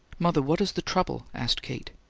mother, what is the trouble? asked kate.